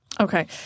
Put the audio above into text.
Okay